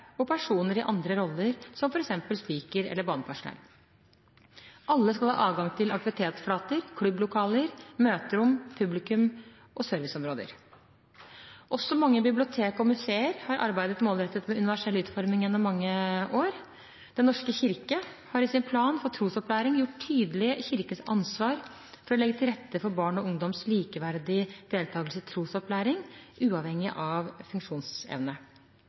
og personer i andre roller, som f.eks. speaker eller banepersonell. Alle skal ha adgang til alle aktivitetsflater, klubblokaler, møterom og publikums- og serviceområder. Også mange bibliotek og museer har arbeidet målrettet med universell utforming gjennom mange år. Den norske kirke har i sin plan for trosopplæring gjort tydelig Kirkens ansvar for å legge til rette for barn og ungdoms likeverdige deltakelse i trosopplæring uavhengig av funksjonsevne.